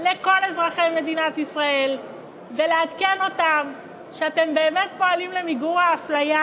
לכל אזרחי מדינת ישראל ולעדכן אותם שאתם באמת פועלים למיגור האפליה,